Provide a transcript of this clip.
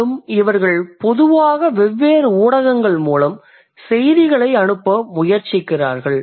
மேலும் இவர்கள் பொதுவாக வெவ்வேறு ஊடகங்கள் மூலம் செய்திகளை அனுப்ப முயற்சிக்கிறார்கள்